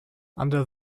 under